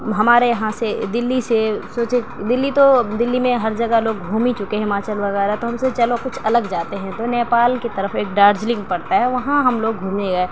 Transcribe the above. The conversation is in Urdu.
ہمارے يہاں سے دلّى سے سوچے دلّى تو دلّى ميں ہر جگہ گھوم ہى چکے ہیں ہماچل وغیرہ تو ہم سوچے چلو کچھ الگ جاتے ہیں تو نیپال کی طرف ایک دارجلنگ پڑتا ہے وہاں ہم لوگ گھومے گیے